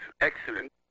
excellent